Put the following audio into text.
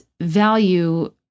value